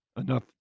enough